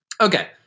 okay